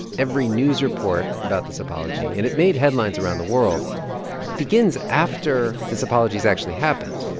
every news report about this apology and it made headlines around the world begins after this apology has actually happened.